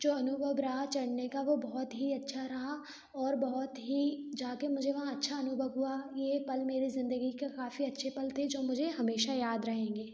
जो अनुभव रहा चढ़ने का वो बहुत ही अच्छा रहा और बहुत ही जा के मुझे वहाँ अच्छा अनुभव हुआ ये पल मेरी ज़िन्दगी के काफ़ी अच्छे पल थे जो मुझे हमेशा याद रहेंगे